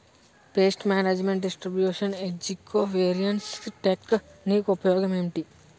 paste management distribution ఏజ్జి covariance technique ఉపయోగం ఏంటి